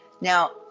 Now